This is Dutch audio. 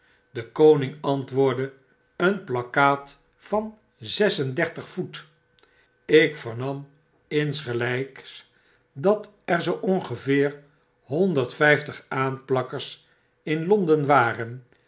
de koning antwoordde een plakkaat van zes en dertig voet ik vernam insgelps dat er zoo ongeveer een honderd vjjftig aanplakkers in londen waren